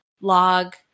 log